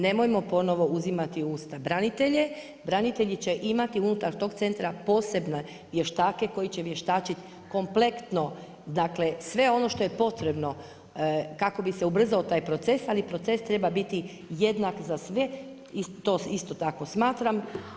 Nemojmo ponovo uzimati u usta branitelje, branitelji će imati unutar tog centra posebne vještake koji će vještačiti kompleksno sve ono što je potrebno kako bi se ubrzao taj proces, ali proces treba biti jednak za sve i to isto tako smatram.